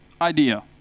idea